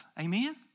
Amen